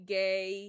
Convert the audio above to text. gay